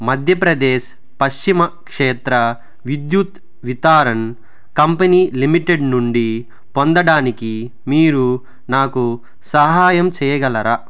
Madhya Pradesh Paschim Kshetra Vidyut Vitaran company limited నుండి పొందడానికి మీరు నాకు సహాయం చెయ్యగలరా